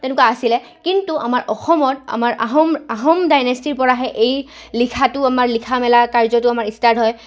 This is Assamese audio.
তেনেকুৱা আছিলে কিন্তু আমাৰ অসমত আমাৰ আহোম আহোম ডাইনেষ্টিৰপৰাহে এই লিখাটো আমাৰ লিখা মেলা কাৰ্যটো আমাৰ ষ্টাৰ্ট হয়